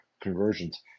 conversions